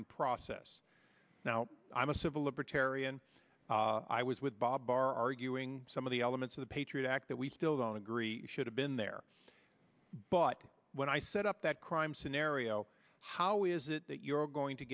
in process now i'm a civil libertarian i was with bob barr arguing some of the elements of the patriot act that we still don't agree should have been there but when i set up that crime scenario how is it that you're going to